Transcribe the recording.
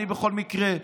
אני בכל מקרה,